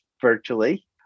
virtually